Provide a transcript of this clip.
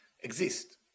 exist